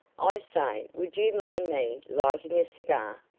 i say, would you mind me lighting a cigar?